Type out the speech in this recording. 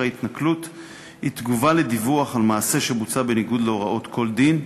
ההתנכלות היא תגובה על דיווח על מעשה שבוצע בניגוד להוראות כל דין,